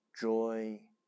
joy